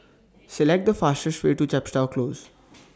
Select The fastest Way to Chepstow Close